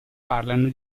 parlano